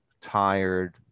tired